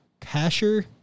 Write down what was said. Kasher